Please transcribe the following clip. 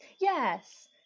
Yes